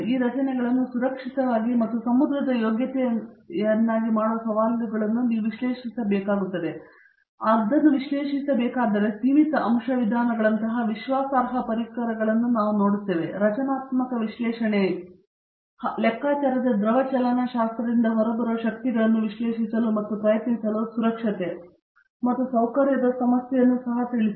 ಈ ರಚನೆಗಳನ್ನು ಸುರಕ್ಷಿತವಾಗಿ ಮತ್ತು ಸಮುದ್ರದ ಯೋಗ್ಯತೆಯನ್ನಾಗಿ ಮಾಡುವ ಸವಾಲುಗಳು ನೀವು ಅದನ್ನು ವಿಶ್ಲೇಷಿಸಬೇಕಾದರೆ ಸೀಮಿತ ಅಂಶ ವಿಧಾನಗಳಂತಹ ವಿಶ್ವಾಸಾರ್ಹ ಪರಿಕರಗಳನ್ನು ನಾವು ಇಂದು ನೋಡುತ್ತೇವೆ ರಚನಾತ್ಮಕ ವಿಶ್ಲೇಷಣೆಯ ಲೆಕ್ಕಾಚಾರದ ದ್ರವ ಚಲನಶಾಸ್ತ್ರದಿಂದ ಹೊರಬರುವ ಶಕ್ತಿಗಳನ್ನು ವಿಶ್ಲೇಷಿಸಲು ಮತ್ತು ಪ್ರಯತ್ನಿಸಲು ಸುರಕ್ಷತೆ ಮತ್ತು ಸೌಕರ್ಯದ ಸಮಸ್ಯೆಯನ್ನು ಸಹ ತಿಳಿಸಿ